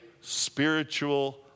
spiritual